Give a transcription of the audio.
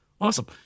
Awesome